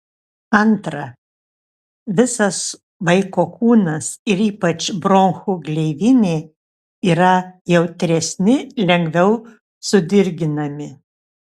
antra visas vaiko kūnas ir ypač bronchų gleivinė yra jautresni lengviau sudirginami